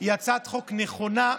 היא הצעת חוק נכונה,